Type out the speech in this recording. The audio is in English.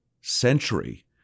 century